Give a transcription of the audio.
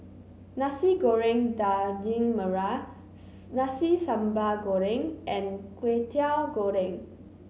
Nasi Goreng Daging Merah Nasi Sambal Goreng and Kway Teow Goreng